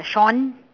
uh shorn